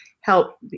help